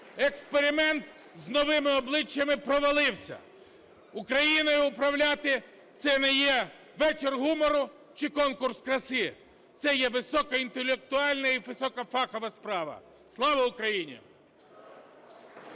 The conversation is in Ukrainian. Експеримент з новими обличчями провалився. Україною управляти – це не є вечір гумору чи конкурс краси. Це є високоінтелектуальна і високо фахова справа. Слава Україні!